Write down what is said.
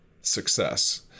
success